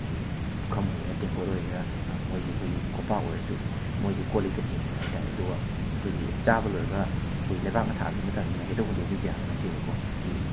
ꯑꯩꯈꯣꯏꯒꯤ ꯄꯨꯈꯝ ꯑꯣꯏꯒꯦꯔ ꯇꯦꯡꯀꯣꯠ ꯑꯣꯏꯒꯦꯔ ꯃꯣꯏꯁꯦ ꯑꯩꯈꯣꯏꯒꯤ ꯀꯣꯝꯄꯥꯛ ꯑꯣꯏꯔꯁꯨ ꯃꯣꯏꯁꯦ ꯀꯣꯜ ꯂꯤꯛꯇ ꯆꯤꯡꯉꯦꯅ ꯍꯥꯏꯕ ꯇꯥꯔꯦ ꯑꯗꯨꯒ ꯑꯩꯈꯣꯏꯒꯤ ꯆꯥꯕ ꯂꯣꯏꯔꯒ ꯑꯩꯈꯣꯏ ꯂꯩꯕꯥꯛꯅ ꯁꯥꯕꯗꯤ ꯅꯠꯇꯕꯅꯤꯅ ꯍꯦꯛꯇ ꯍꯨꯟꯗꯣꯛꯈꯤꯕꯗꯤ ꯌꯥꯕ ꯅꯠꯇꯦꯕꯀꯣ ꯑꯩꯈꯣꯏꯒꯤ